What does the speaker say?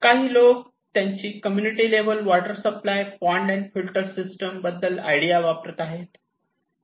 काही लोक त्यांची community level water supply pond and filter system बद्दल आयडिया वापरत आहेत